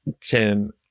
Tim